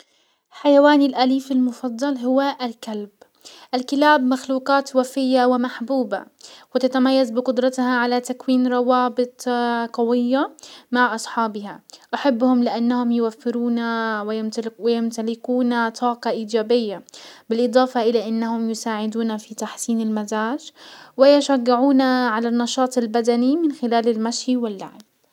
حيواني الاليف المفضل هو الكلب. الكلاب مخلوقات وفية ومحبوبة وتتميز بقدرتها على تكوين روابط اه قوية مع اصحابها. احبهم لانهم يوفرون ويمتلكون طاقة ايجابية، بالاضافة الى انهم يساعدون في تحسين المزاج ويشجعون على النشاط البدني من خلال المشي واللعب.